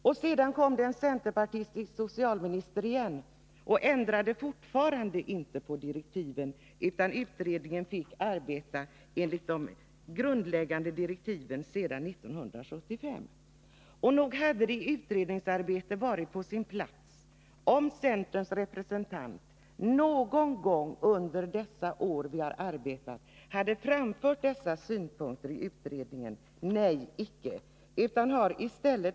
Efter det kom det en centerpartistisk socialminister igen — och hon ändrade fortfarande inte direktiven, utan utredningen fick arbeta enligt de grundläggande direktiv som utfärdades 1975. Nog hade det varit på sin plats om centerns representant i utredningen någon gång under utredningsarbetet — under alla de år vi arbetat — hade framfört de synpunkter som nu har kommit fram. Men nej, så har inte varit fallet.